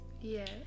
Yes